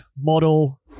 model